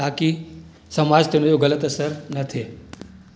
ताकी समाज ते हिनजो ग़लति असरु न थिए